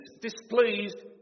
displeased